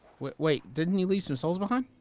wait, didn't you leave some souls behind?